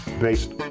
based